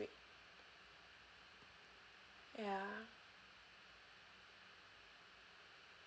ya